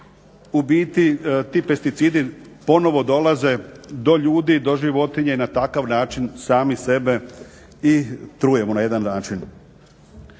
u biti ti pesticidi ponovo dolaze do ljudi, do životinje na takav način, sami sebe i trujemo na jedan način.